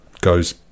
goes